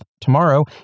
tomorrow